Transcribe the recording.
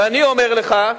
ואני אומר לך,